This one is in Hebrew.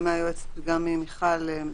גם מהיועצת וגם ממיכל,